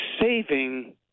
saving